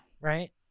Right